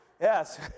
Yes